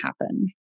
happen